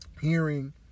hearing